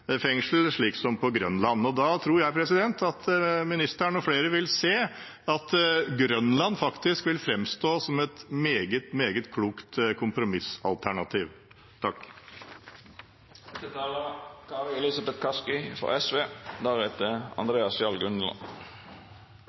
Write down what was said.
fengsel, slik som på Grønland. Og da tror jeg at ministeren og flere vil se at Grønland faktisk vil framstå som et meget, meget klokt kompromissalternativ. Jeg er veldig glad for at vi får tydelige signaler i dag fra